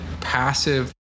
passive